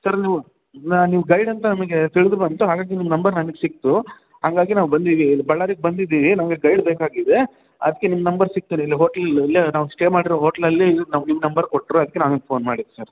sir ನೀವು ಇದನ್ನ ನೀವು ಗೈಡ್ ಅಂತ ನಮಗೆ ತಿಳಿದು ಬಂತು ಹಾಗಾಗಿ ನಿಮ್ಮ ನಂಬರ್ ನಮಗೆ ಸಿಕ್ತು ಹಾಗಾಗಿ ನಾವು ಬಂದಿದೀವಿ ಇಲ್ಲಿ ಬಳ್ಳಾರಿಗೆ ಬಂದಿದ್ದೀವಿ ನಮಗೆ ಗೈಡ್ ಬೇಕಾಗಿದೆ ಅದಕ್ಕೆ ನಿಮ್ಮ ನಂಬರ್ ಸಿಕ್ತು ಇಲ್ಲೇ ಹೋಟ್ಲಲ್ಲಿ ಇಲ್ಲೇ ನಾವು ಸ್ಟೇ ಮಾಡಿರೋ ಹೋಟ್ಲಲ್ಲಿ ಇದು ನಮ್ಗೆ ನಿಮ್ಮ ನಂಬರ್ ಕೊಟ್ಟರು ಅದಕ್ಕೆ ನಿಮ್ಗೆ ಫೋನ್ ಮಾಡಿದ್ದು ಸರ್